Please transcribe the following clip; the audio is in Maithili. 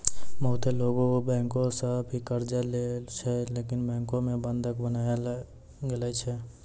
बहुते लोगै बैंको सं भी कर्जा लेय छै लेकिन बैंको मे बंधक बनया ले लागै छै